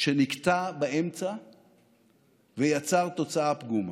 שנקטע באמצע ויצר תוצאה פגומה.